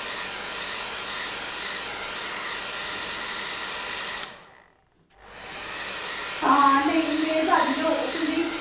हां नेईं मेहरबानी होग तुं'दी